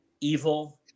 evil